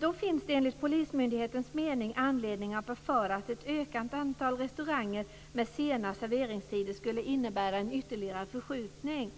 Då finns det enligt Polismyndighetens mening anledning att befara att ett ökat antal restauranger med sena serveringstider skulle innebära en ytterligare förskjutning.